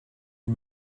you